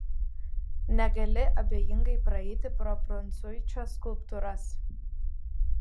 negali abejingai praeiti pro prancuičio skulptūras